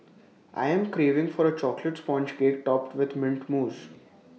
I am craving for A Chocolate Sponge Cake Topped with Mint Mousse